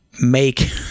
make